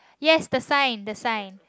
yes the sign the sign